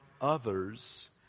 others